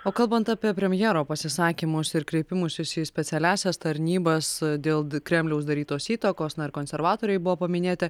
o kalbant apie premjero pasisakymus ir kreipimusis į specialiąsias tarnybas dėl d kremliaus darytos įtakos na ir konservatoriai buvo paminėti